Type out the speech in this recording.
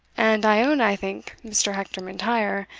and i own i think mr. hector m'intyre,